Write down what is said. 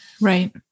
Right